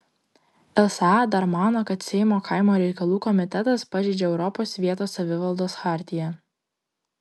lsa dar mano kad seimo kaimo reikalų komitetas pažeidžia europos vietos savivaldos chartiją